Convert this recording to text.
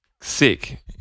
Sick